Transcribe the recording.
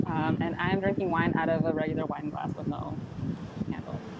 and i'm drinking wine out of a regular wine glass with no handle.